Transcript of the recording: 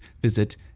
visit